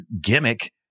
gimmick